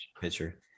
picture